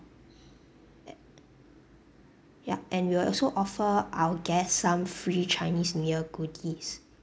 yup and we will also offer our guests some free chinese new year goodies